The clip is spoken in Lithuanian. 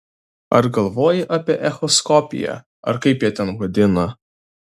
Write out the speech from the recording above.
ar galvojai apie echoskopiją ar kaip jie ten vadina